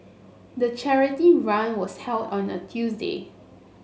the charity run was held on a Tuesday